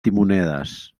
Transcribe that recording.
timonedes